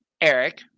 Eric